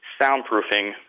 soundproofing